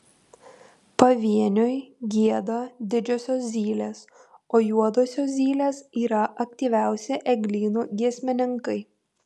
pavieniui gieda didžiosios zylės o juodosios zylės yra aktyviausi eglynų giesmininkai